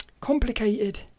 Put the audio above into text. complicated